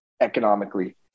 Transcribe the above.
economically